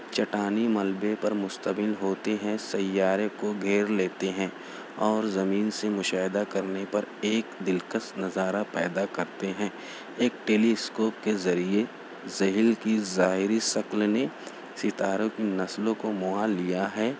چٹانی ملبے پر مشتمل ہوتے ہیں سیارے کو گھیر لیتے ہیں اور زمین سے مشاہدہ کرنے پر ایک دلکش نظارہ پیدا کرتے ہیں ایک ٹیلی اسکوپ کے ذریعے زحیل کی ظاہری شکل نے ستاروں کی نسلوں کو معال لیا ہے